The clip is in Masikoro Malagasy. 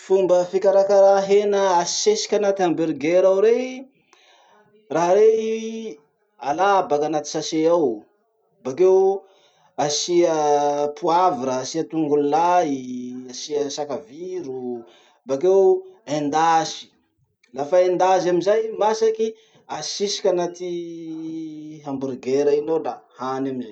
Fomba fikarakara hena asesiky anaty hamburger ao rey: raha rey alà baka anaty sachet ao, bakeo asia poivre, asia tongolo lay, asia sakaviro, bakeo endasy. Lafa endazy amizay, masaky, asisiky anaty hamburger iny ao la hany amizay.